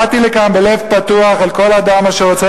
באתי לכאן בלב פתוח אל כל אדם אשר רוצה